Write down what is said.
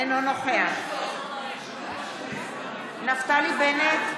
אינו נוכח נפתלי בנט,